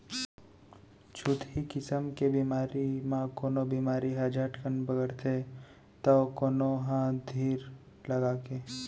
छुतही किसम के बेमारी म कोनो बेमारी ह झटकन बगरथे तौ कोनो ह धीर लगाके